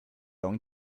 going